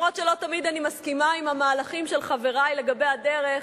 גם אם לא תמיד אני מסכימה עם המהלכים של חברי לגבי הדרך,